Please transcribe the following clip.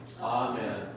Amen